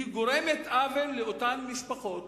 היא גורמת עוול לאותן משפחות